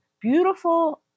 beautiful